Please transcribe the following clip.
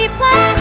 plus